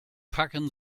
packen